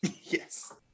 Yes